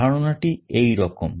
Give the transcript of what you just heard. ধারণাটি এই রকম